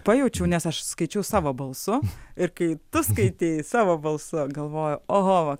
pajaučiau nes aš skaičiau savo balsu ir kai tu skaitei savo balsu galvoju oho